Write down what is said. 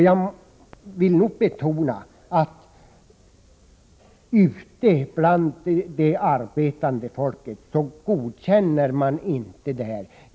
Jag vill betona att ute bland det arbetande folket godkänner man inte sådana här förhållanden.